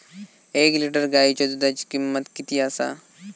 एक लिटर गायीच्या दुधाची किमंत किती आसा?